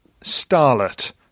starlet